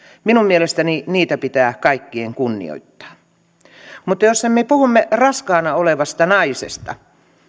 minun mielestäni niitä pitää kaikkien kunnioittaa jos me puhumme raskaana olevasta naisesta